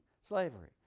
slavery